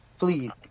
Please